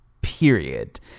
period